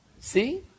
See